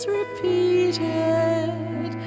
repeated